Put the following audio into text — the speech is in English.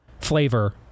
flavor